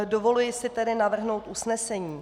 Dovoluji si tedy navrhnout usnesení.